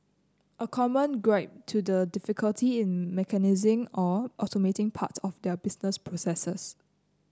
a common gripe to the difficulty in mechanising or automating parts of their business processes